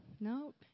nope